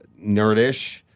nerdish